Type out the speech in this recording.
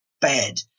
bed